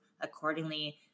accordingly